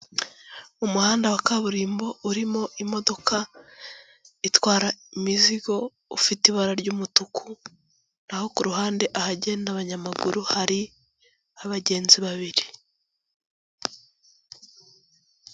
Umuhanda wa kaburimbo urimo imodoka itwara imizigo ufite ibara ry'umutuku naho ku ruhande ahagenda abanyamaguru hari abagenzi babiri.